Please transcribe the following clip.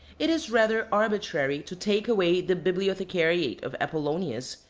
it is rather arbitrary to take away the bibliothecariate of apollonius,